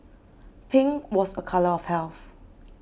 pink was a colour of health